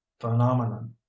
phenomenon